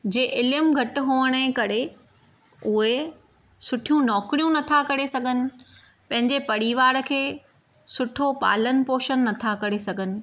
जे इल्मु घटि हुअण जे करे उहे सुठियूं नौकरियूं नथा करे सघनि पंहिंजे परिवार खे सुठो पालनि पोषणु नथा करे सघनि